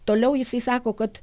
toliau jisai sako kad